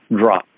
drops